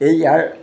ইয়াৰ